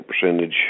percentage